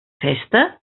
festa